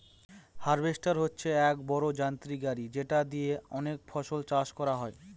harvester হচ্ছে এক বড়ো যন্ত্র গাড়ি যেটা দিয়ে অনেক ফসল চাষ করা যায়